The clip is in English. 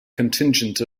contingent